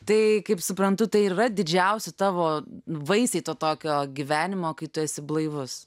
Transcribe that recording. tai kaip suprantu tai ir yra didžiausi tavo vaisiai to tokio gyvenimo kai tu esi blaivus